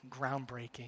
groundbreaking